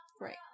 Right